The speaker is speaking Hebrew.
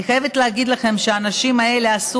אני חייבת להגיד לכם שהאנשים האלה עשו